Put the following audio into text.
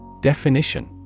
Definition